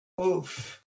Oof